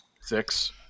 Six